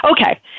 Okay